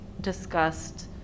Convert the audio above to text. discussed